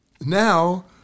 Now